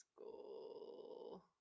school